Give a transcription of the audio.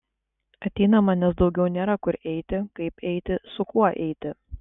ateinama nes daugiau nėra kur eiti kaip eiti su kuo eiti